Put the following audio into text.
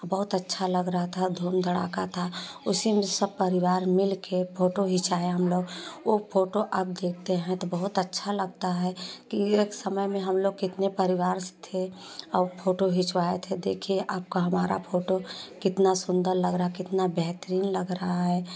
बहुत अच्छा लग रहा था धूम धड़ाका था उसी में सब परिवार मिल के फोटो खिंचाया हम लोग वो फोटो अब देखते हैं तो बहुत अच्छा लगता है कि एक समय में हम लोग कितने परिवार थे और फोटो खिंचवाए थे देखिए आपका हमारा फोटो कितना सुंदर लग रहा कितना बेहतरीन लग रहा है